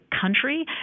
country